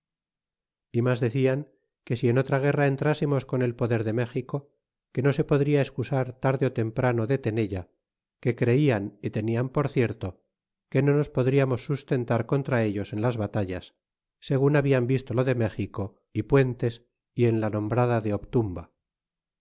y mas de clan que si en otra guerra entrásemos con el poder de méxico que no se podria esensar tarde ó temprano de tenella que creian é tenian por cierto que no nos podriamos sustentar contra ellos en las batallas segun habian visto lo de méxico y puentes y en la nombrada de obturnba